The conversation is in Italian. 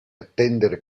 attendere